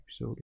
episode